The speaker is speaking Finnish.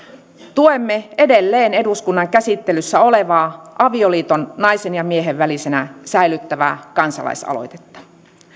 tuemme edelleen eduskunnan käsittelyssä olevaa avioliiton naisen ja miehen välisenä säilyttävää kansalaisaloitetta